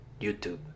YouTube